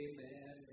Amen